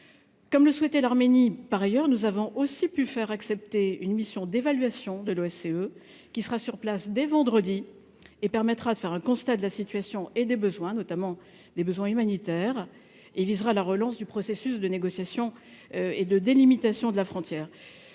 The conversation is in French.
comme le souhaitait l'Arménie, par ailleurs, nous avons aussi pu faire accepter une mission d'évaluation de l'OSCE, qui sera sur place dès vendredi et permettra de faire un constat de la situation et des besoins, notamment les besoins humanitaires et visera la relance du processus de négociation et de délimitation de la frontière,